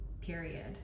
period